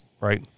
right